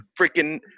freaking